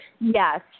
Yes